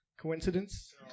coincidence